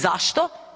Zašto?